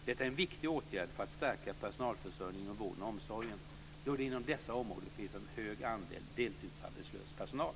Detta är en viktig åtgärd för att stärka personalförsörjningen inom vården och omsorgen, då det inom dessa områden finns en hög andel deltidsarbetslös personal.